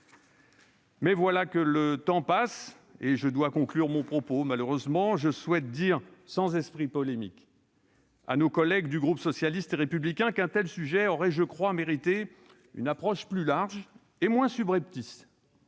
Mais voilà que le temps passe, et je dois malheureusement conclure mon propos. Je souhaite dire, sans esprit polémique, à nos collègues du groupe socialiste et républicain, qu'un tel sujet aurait, je crois, mérité une approche plus large et moins subreptice.